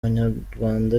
abanyarwanda